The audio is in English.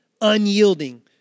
unyielding